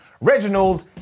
Reginald